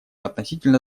относительно